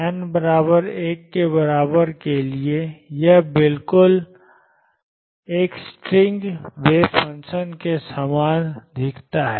n 1 के बराबर के लिए यह बिल्कुल एक स्ट्रिंग वेव फंक्शन के समान दिखता है